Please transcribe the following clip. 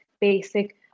basic